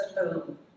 home